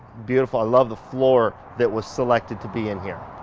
beautiful. i love the floor that was selected to be in here.